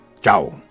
Ciao